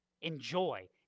enjoy